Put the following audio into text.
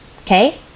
okay